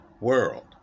world